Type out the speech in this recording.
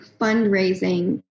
fundraising